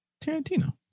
Tarantino